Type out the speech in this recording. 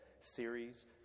series